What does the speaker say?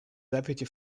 deputy